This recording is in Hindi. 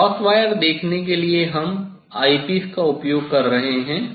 अब क्रॉस वायर देखने के लिए हम आईपीस का उपयोग कर रहे हैं